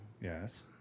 Yes